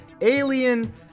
alien